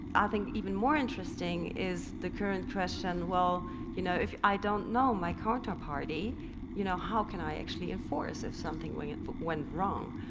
i think even more interesting is the current question, well you know if i don't know my counterparty you know, how can i actually enforce if something like went wrong?